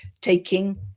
taking